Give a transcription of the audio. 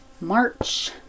March